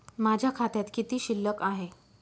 माझ्या खात्यात किती शिल्लक आहे?